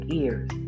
ears